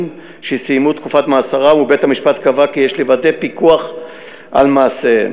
שסיימו את תקופת מאסרם ובית-המשפט קבע כי יש לוודא פיקוח על מעשיהם.